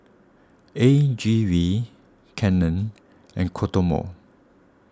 A G V Canon and Kodomo